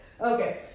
Okay